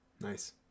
Nice